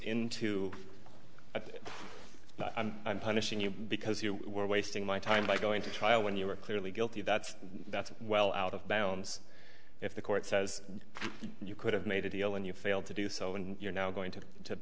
into i'm punishing you because you were wasting my time by going to trial when you were clearly guilty that's that's well out of bounds if the court says you could have made a deal and you failed to do so and you're now going to